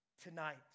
Tonight